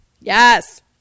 Yes